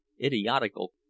idiotical